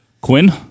Quinn